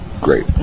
Great